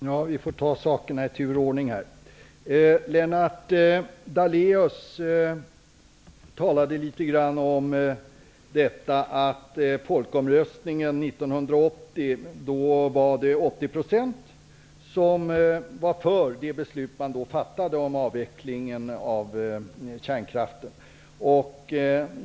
Herr talman! Jag får ta frågorna i tur och ordning. Lennart Dale us talade litet grand om att det vid folkomröstningen 1980 var 80 % som stödde det beslut som man då fattade om avvecklingen av kärnkraften.